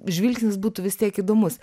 žvilgsnis būtų vis tiek įdomus